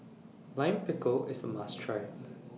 Lime Pickle IS A must Try